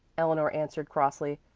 eleanor answered crossly,